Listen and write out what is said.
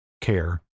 care